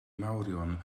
mawrion